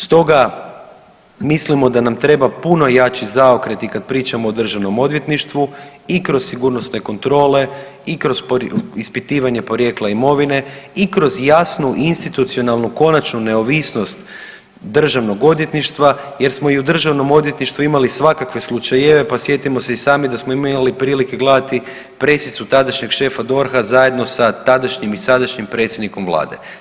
Stoga, mislimo da nam treba puno jači zaokret i kad pričamo o državnom odvjetništvu i kroz sigurnosne kontrole i kroz ispitivanje porijekla imovine i kroz jasnu i institucionalnu konačnu neovisnost državnog odvjetništva jer smo i u državnom odvjetništvu imali svakakve slučajeve, pa sjetimo se i sami da smo imali prilike gledati pressicu tadašnjeg šefa DORH-a zajedno sa tadašnjim i sadašnjim predsjednikom vlade.